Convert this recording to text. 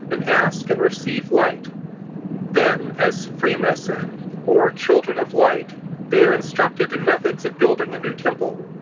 and ask and receive light then as phree messen or children of light they are instructed in methods of building a new temple.